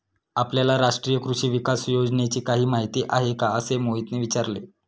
आपल्याला राष्ट्रीय कृषी विकास योजनेची काही माहिती आहे का असे मोहितने विचारले?